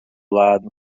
lado